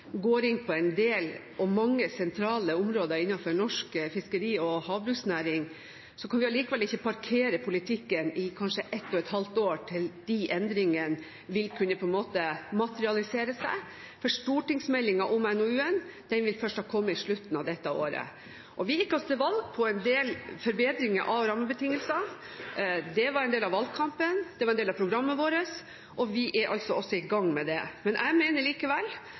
går inn på mange sentrale områder innenfor norsk fiskeri- og havbruksnæring, kan vi ikke parkere politikken i kanskje et og et halvt år til de endringene på en måte vil kunne materialisere seg, for stortingsmeldingen om NOU-en vil først komme på slutten av dette året. Vi gikk til valg på en del forbedringer av rammebetingelsene, det var en del av valgkampen, det var en del av programmet vårt, og vi er i gang med det. Jeg mener likevel